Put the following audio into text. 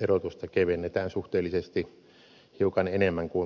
verotusta kevennetään suhteellisesti hiukan enemmän kuin muiden